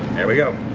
there we go.